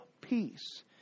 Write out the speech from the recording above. peace